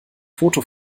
foto